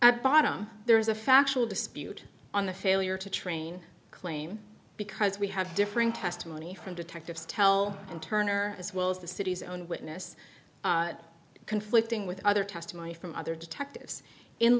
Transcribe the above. at bottom there's a factual dispute on the failure to train claim because we have differing testimony from detectives tell and turner as well as the city's own witness conflicting with other testimony from other detectives in